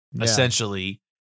essentially